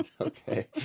okay